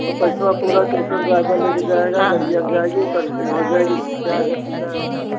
तो पैसा पूरा टोटल ड्राइवर ले कर जाएगा गड़िया जाएगी सर्विसिंग हो जाएगी ले कर आएगा सीधा वहाँ से